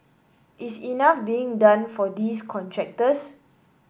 is enough being done for these contractors